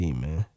man